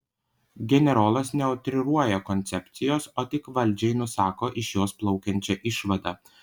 generolas neutriruoja koncepcijos o tik vaizdžiai nusako iš jos plaukiančią išvadą